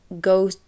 go